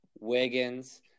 Wiggins